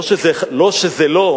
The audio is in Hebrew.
לא שזה לא,